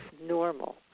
normal